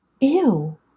Ew